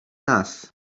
nas